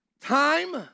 time